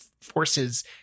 forces